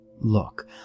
look